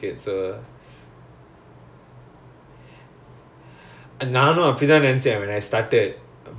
!chey! I thought is cricket ஆனா ஒன்னு:aanaa onnu shelter லே இருக்கும் ஒன்னு:le irukkum onnu field லே இருக்கும்:le irukkum ya